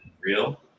real